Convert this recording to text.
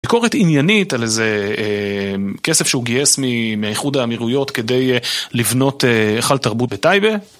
ביקורת עניינית על איזה כסף שהוא גייס מהאיחוד האמירויות כדי לבנות היכל תרבות בטייבה